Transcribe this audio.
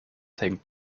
hängt